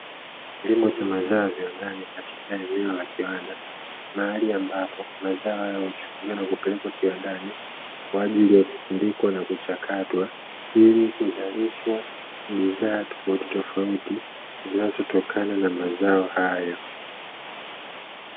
Kilimo cha mazao ya viwandani, katika eneo la kiwanda mahali ambapo mazao huchukuliwa na kupelekwa kiwandani, kwa ajili ya kusindikwa na kuchakatwa, ili kuzalishwa bidhaa tofautitofauti zinazotokana na mazao hayo.